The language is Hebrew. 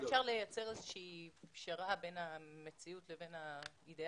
אולי אפשר לייצר איזה שהיא פשרה בין המציאות לבין האידאל,